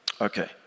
Okay